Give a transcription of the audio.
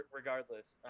regardless